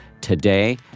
today